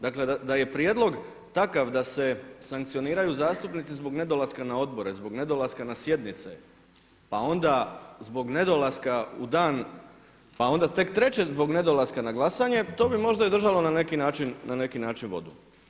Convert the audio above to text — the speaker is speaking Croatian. Dakle, da je prijedlog takav da se sankcioniraju zastupnici zbog nedolaska na odbore, zbog nedolaska na sjednice pa onda zbog nedolaska u dan, pa onda tek treće zbog nedolaska na glasanje to bi možda i držalo na neki način vodu.